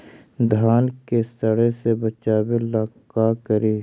धान के सड़े से बचाबे ला का करि?